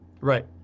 Right